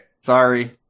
Sorry